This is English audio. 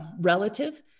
relative